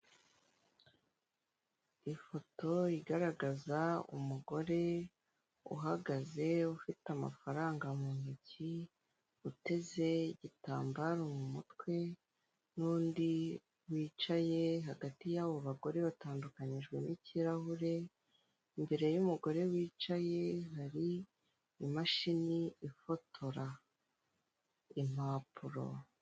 Ifoto igaragaza umugore uhagaze ufite amafaranga mu ntoki, uteze igitambaro mu mutwe, n'undi wicaye hagati yabo bagore batandukanijwe n'ikirahure, mbere y'umugore wicaye hari imashini ifotora impapuro.